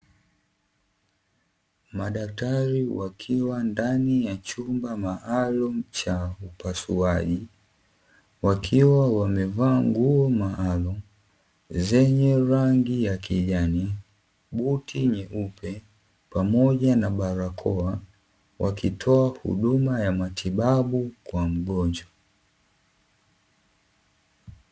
Madaktari wakiwa ndani ya chumba maalumu cha upasuaji wakiwa wamevaa nguo maalumu zenye rangi za kijani, buti nyeupe pamoja na barakoa wakitoa huduma ya matibabu kwa mgonjwa.